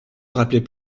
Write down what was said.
rappelaient